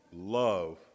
love